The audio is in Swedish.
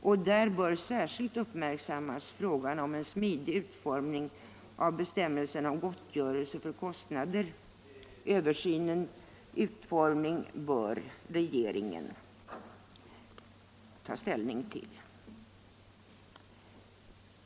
Därvid bör särskilt uppmärksammas frågan om en smidig utformning av bestämmelsen om gottgörelse för kostnader. Utformningen av den översynen bör regeringen få ta ställning till.